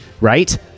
right